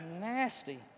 nasty